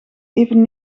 even